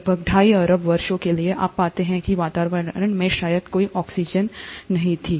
लगभग ढाई अरब वर्षों के लिए आप पाते हैं कि वातावरण में शायद ही कोई ऑक्सीजन था